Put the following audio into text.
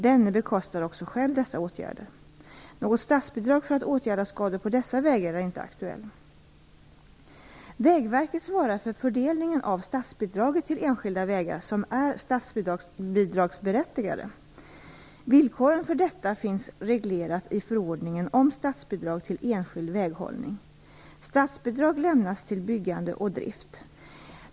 Denne bekostar också själv dessa åtgärder. Något statsbidrag för att åtgärda skador på dessa vägar är inte aktuellt. Villkoren för detta finns reglerade i förordningen om statsbidrag till enskild väghållning. Statsbidrag lämnas till byggande och drift.